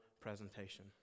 presentation